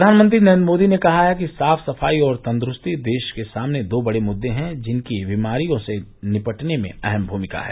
प्रधानमंत्री नरेन्द्र मोदी ने कहा है कि साफ सफाई और तंदरूस्ती देश के सामने दो बड़े मुद्दे हैं जिनकी बीमारियों से निपटने में अहम भूमिका है